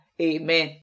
Amen